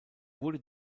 wurde